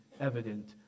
evident